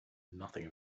nothing